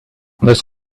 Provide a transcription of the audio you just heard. this